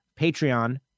Patreon